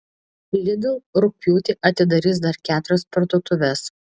lidl rugpjūtį atidarys dar keturias parduotuves